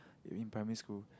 in primary school